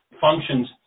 functions